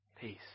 peace